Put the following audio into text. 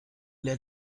der